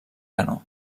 canó